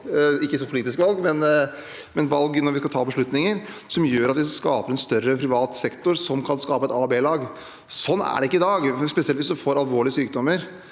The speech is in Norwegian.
ikke så politiske valg, men valg når vi skal ta beslutninger – som gjør at vi skaper en større privat sektor, som kan skape et a- og b-lag. Sånn er det ikke i dag, spesielt hvis man får alvorlige sykdommer.